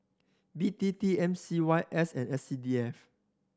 B T T M C Y S and S C D F